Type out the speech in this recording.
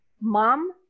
mom